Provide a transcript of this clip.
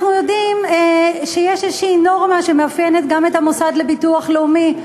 אנחנו יודעים שיש נורמה שמאפיינת גם את המוסד לביטוח לאומי,